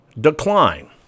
decline